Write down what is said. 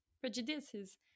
prejudices